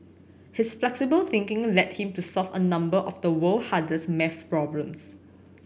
his flexible thinking led him to solve a number of the world hardest maths problems